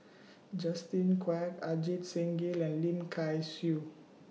Justin Quek Ajit Singh Gill and Lim Kay Siu